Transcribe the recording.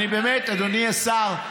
אדוני השר,